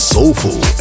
Soulful